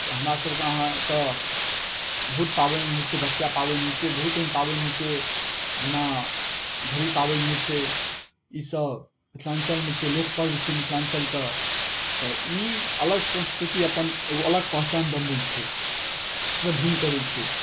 हमरा सबके अहाँ एतौ बहुत पाबनि होइ छै बसिया पाबनि होइ छै बहुत एहन पाबनि होइ छै जेना घड़ी पाबनि होइ छै ई सब मिथिलाञ्चलमे छै लोकपर्व छै मिथिलाञ्चलके तऽ ई अलग संस्कृति अपन एगो अलग पहिचान बनबै छै सबसँ भिन्न करै छै